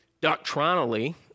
doctrinally